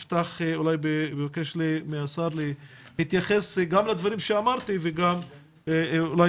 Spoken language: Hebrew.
אפתח ואבקש מהשר להתייחס גם לדברים שאמרתי וגם אולי